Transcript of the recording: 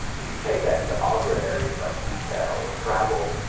if you take that into other areas like retail, or travel,